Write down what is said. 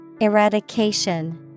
Eradication